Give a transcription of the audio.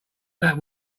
that